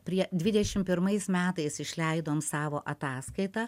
prie dvidešim pirmais metais išleidom savo ataskaitą